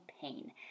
pain